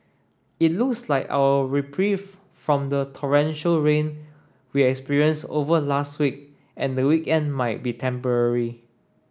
it looks like our reprieve from the torrential rain we experienced over last week and the weekend might be temporary